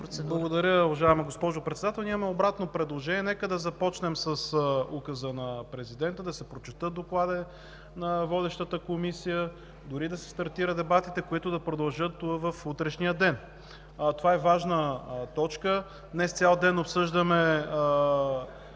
Благодаря, уважаема госпожо Председател. Ние имаме обратно предложение – нека да започнем с Указа на президента, да се прочете Докладът на водещата Комисия, дори да се стартират дебатите, които да продължат в утрешния ден, това е важна точка. Днес цял ден в